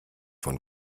von